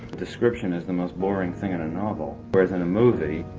description is the most boring thing in a novel whereas in a movie,